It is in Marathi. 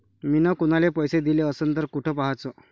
मिन कुनाले पैसे दिले असन तर कुठ पाहाचं?